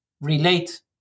relate